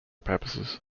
purposes